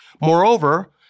Moreover